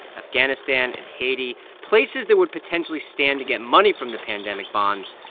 afghanistan and haiti, places there would potentially stand to get money from the pandemic bonds,